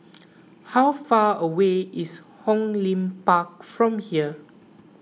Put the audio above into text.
how far away is Hong Lim Park from here